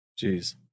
Jeez